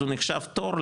אז הוא נחשב תור,